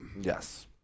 Yes